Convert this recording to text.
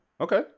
Okay